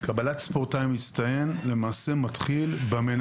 קבלת מעמד ספורטאי מצטיין מתחיל למעשה